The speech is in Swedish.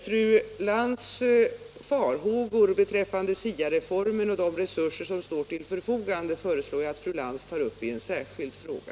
Fru Lantz farhågor beträffande SIA-reformen och de resurser som där står till förfogande föreslår jag att fru Lantz tar upp i en särskild fråga.